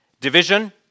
division